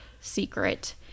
secret